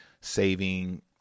saving